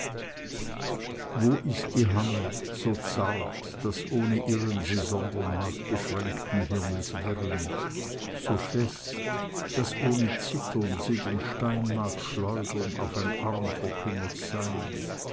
wo ist die hand so zart daß ohne irren sie sondern mag beschränkten hirnes wirren so fest daß ohne zittern sie den stein mag schleudern auf ein arm verkümmert sein